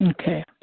Okay